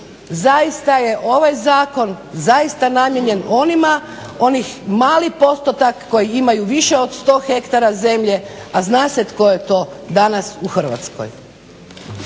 zaista je ovaj zakon zaista namijenjen onima, onaj mali postotak koji imaju više od 100 hektara zemlje, a zna se tko je to danas u Hrvatskoj.